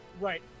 Right